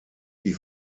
die